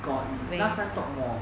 got if last time talk more